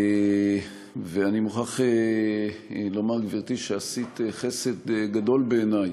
ואני מוכרח לומר, גברתי, שעשית חסד גדול, בעיני,